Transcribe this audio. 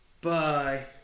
Bye